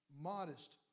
modest